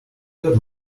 good